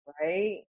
Right